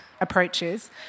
approaches